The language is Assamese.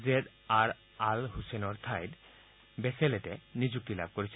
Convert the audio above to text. জেদ আৰ আল ছছেইনৰ ঠাইত বেচেলেটে নিযুক্তি লাভ কৰিছে